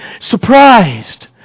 surprised